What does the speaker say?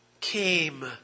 came